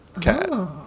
cat